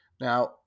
Now